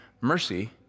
Mercy